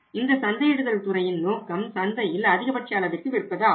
இந்த சந்தையிடுதல் துறையின் நோக்கம் சந்தையில் அதிகபட்ச அளவிற்கு விற்பது ஆகும்